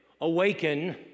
awaken